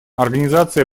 организация